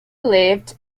lived